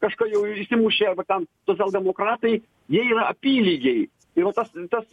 kažką jau įsimušė vat ten social demokratai jie yra apylygiai tai va tas tas